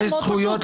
מאוד פשוט.